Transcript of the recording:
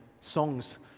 songs